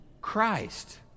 Christ